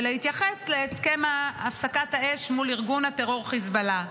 ולהתייחס להסכם הפסקת האש מול ארגון הטרור חיזבאללה.